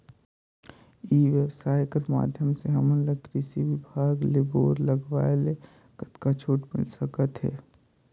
ई व्यवसाय कर माध्यम से हमन ला कृषि विभाग ले बोर लगवाए ले कतका छूट मिल सकत हे?